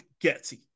Getty